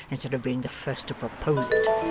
instead of being the first to propose it.